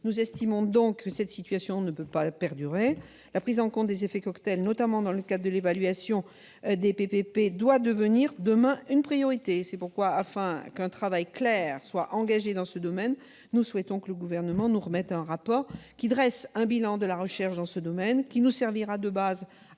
Nous estimons que cette situation ne peut perdurer. La prise en compte des effets cocktail, notamment dans le cadre de l'évaluation des PPP, doit devenir demain une priorité. C'est pourquoi, afin qu'un travail clair soit engagé dans ce domaine, nous souhaitons que le Gouvernement nous remette un rapport dressant un bilan de la recherche dans ce domaine, qui nous servira de base à une modification de notre